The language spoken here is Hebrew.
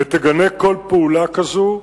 ותגנה כל פעולה כזו,